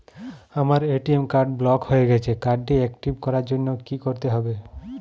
আমার ATM card block হয়ে গেছে কার্ড টি একটিভ করার জন্যে কি করতে হবে?